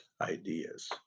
ideas